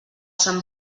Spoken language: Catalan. sant